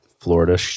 florida